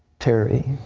terry